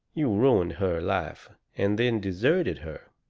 you ruined her life and then deserted her.